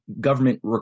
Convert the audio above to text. government